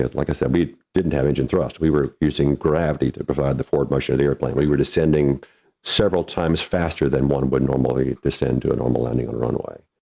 like i said, we didn't have engine thrust, we were using gravity to provide the forward motion of the airplane, we were descending several times faster than one would normally descend to a normal landing runway.